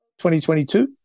2022